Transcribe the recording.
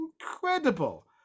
incredible